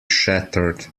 shattered